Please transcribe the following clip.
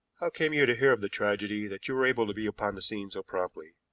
how came you to hear of the tragedy that you were able to be upon the scene so promptly?